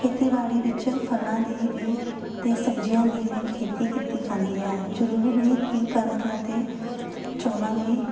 ਖੇਤੀਬਾੜੀ ਵਿੱਚ ਫਲਾਂ ਦੀ ਵੀ ਅਤੇ ਸਬਜ਼ੀਆਂ ਦੀ ਵੀ ਖੇਤੀ ਕੀਤੀ ਜਾਂਦੀ ਹੈ ਜ਼ਰੂਰੀ ਨਹੀਂ ਕਿ ਕਣਕਾਂ ਅਤੇ ਚੋਲਾਂ ਦੀ